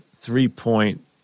three-point